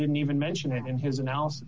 didn't even mention it in his analysis